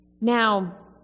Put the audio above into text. Now